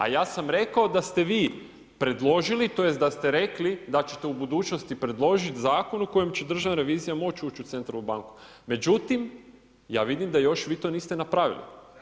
A ja sam rekao, da ste vi predložili, tj. da ste rekli da ćete u budućnosti predložiti zakon, u kojem će Državna revizija moći ući u Centralnu banku, međutim, ja vidim da vi to još niste napravili.